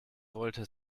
wollte